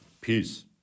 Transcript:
Peace